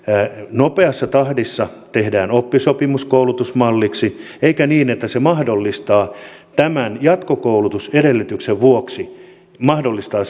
nopeassa tahdissa tehdään oppisopimuskoulutusmalliksi eikä niin että se tämän jatkokoulutusedellytyksen vuoksi mahdollistaa